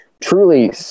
truly